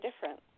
different